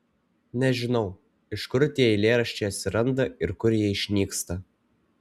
nežinau iš kur tie eilėraščiai atsiranda ir kur jie išnyksta